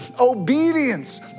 Obedience